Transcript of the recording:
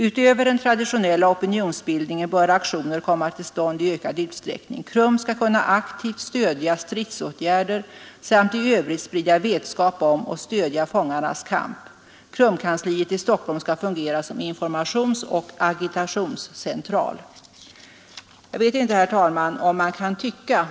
Utöver den traditionella opinionsbildningen bör aktioner komma till stånd i ökad utsträckning. KRUM skall kunna aktivt stödja stridsåtgärder samt i övrigt sprida vetskap om och stödja fångarnas kamp. KRUM-kansliet i Stockholm skall fungera som informationsoch agitationscentral.